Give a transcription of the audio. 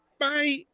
Bye